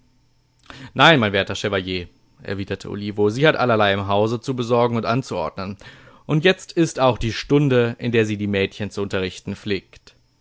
nein mein werter chevalier erwiderte olivo sie hat allerlei im hause zu besorgen und anzuordnen und jetzt ist auch die stunde in der sie die mädchen zu unterrichten pflegt